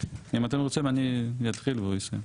אם אתם רוצים אני אתחיל והוא ישלים.